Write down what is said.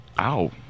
Ow